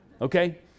Okay